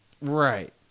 Right